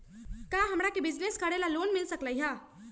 का हमरा के बिजनेस करेला लोन मिल सकलई ह?